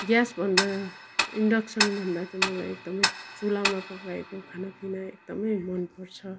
ग्यासभन्दा इन्डक्सनभन्दा त मलाई एकदमै चुल्हामा पकाएको खानापिना एकदमै मनपर्छ